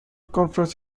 conference